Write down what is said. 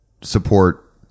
support